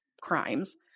crimes